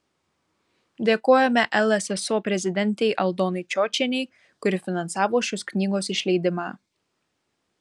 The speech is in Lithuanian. dėkojame lsso prezidentei aldonai čiočienei kuri finansavo šios knygos išleidimą